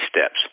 steps